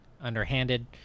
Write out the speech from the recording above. underhanded